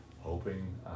Hoping